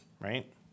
Right